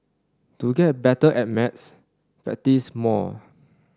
to get better at maths practice more